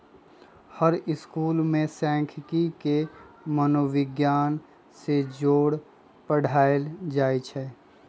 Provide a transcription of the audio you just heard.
हर school में सांखियिकी के मनोविग्यान से जोड़ पढ़ायल जाई छई